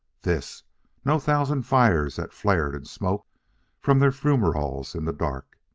this no thousand fires that flared and smoked from their fumeroles in the dark.